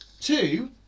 Two